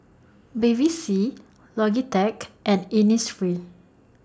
Bevy C Logitech and Innisfree